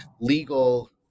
legal